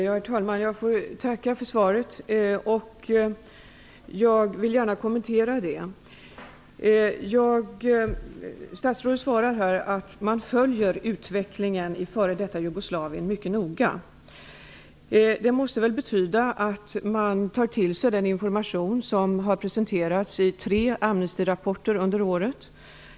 Herr talman! Jag tackar för svaret. Jag vill gärna kommentera det. Statsrådet svarar att man följer utvecklingen i f.d. Jugoslavien mycket noga. Det måste väl betyda att man tar till sig den information som under året har presenterats i tre rapporter från Amnesti International.